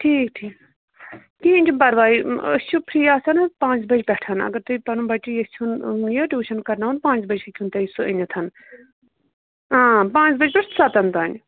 ٹھیٖک ٹھیٖک کِہیٖنٛۍ چھُنہٕ پَرواے أسۍ چھِ فرٛی آسان حظ پانٛژِ بَجہِ پٮ۪ٹھ اگر تُہۍ پَنُن بَچہٕ ییٚژھہوٗن یہِ ٹیٛوٗشَن کَرناوُن پانٛژِ بَجہِ ہیٚکِہوٗن تُہۍ سُہ أنِتھ پانٛژِ بَجہِ پٮ۪ٹھ سَتَن تانۍ